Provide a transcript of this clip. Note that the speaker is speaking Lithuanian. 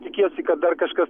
tikiesi kad dar kažkas